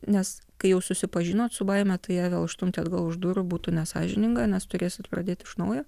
nes kai jau susipažinot su baime tai ją vėl išstumti atgal už durų būtų nesąžininga nes turėsit pradėti iš naujo